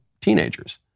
teenagers